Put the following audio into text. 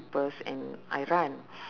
~pers and I run